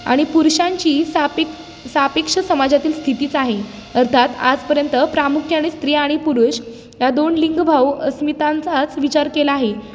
आणि पुरुषांची सापिक सापेक्ष समाजातील स्थितीच आहे अर्थात आजपर्यंत प्रामुख्याने आणि स्त्रिया आणि पुरुष या दोन लिंकभाव अस्मितांचाच विचार केला आहे